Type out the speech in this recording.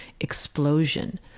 explosion